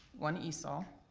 one esol,